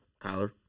Kyler